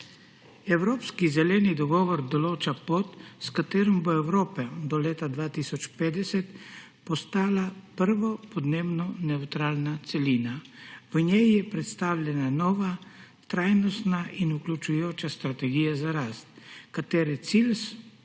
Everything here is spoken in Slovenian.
Evropski zeleni dogovor določa pot, s katero bo Evropa do leta 2050 postala prva podnebno nevtralna celina. V njej je predstavljena nova trajnostna in vključujoča strategija za rast, katere cilji